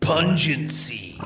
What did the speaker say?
Pungency